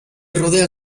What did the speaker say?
rodean